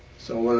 so